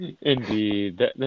Indeed